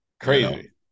crazy